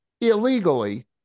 illegally